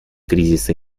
кризисы